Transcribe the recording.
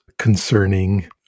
concerning